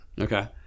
Okay